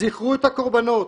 זיכרו את הקורבנות,